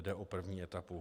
Jde o první etapu.